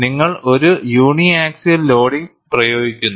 നിങ്ങൾ ഒരു uniaxial loading പ്രയോഗിക്കുന്നു